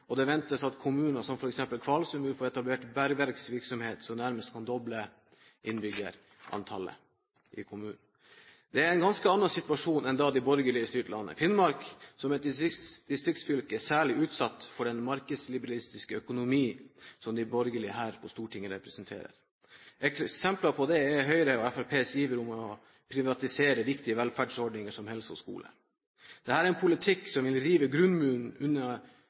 Det ventes at kommuner som f.eks. Kvalsund vil få etablert bergverksvirksomhet, som nærmest kan doble innbyggertallet i kommunen. Det er en ganske annen situasjon enn da de borgerlige styrte landet. Finnmark som er et distriktsfylke, er særlig utsatt for den markedsliberalistiske økonomien som de borgerlige partiene her på Stortinget representerer. Eksempler på det er Høyre og Fremskrittspartiets iver etter å privatisere viktige velferdsordninger som helse og skole. Dette er en politikk som vil rive grunnmuren under